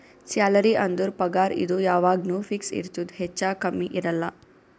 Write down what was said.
salary ಅಂದುರ್ ಪಗಾರ್ ಇದು ಯಾವಾಗ್ನು ಫಿಕ್ಸ್ ಇರ್ತುದ್ ಹೆಚ್ಚಾ ಕಮ್ಮಿ ಇರಲ್ಲ